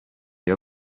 per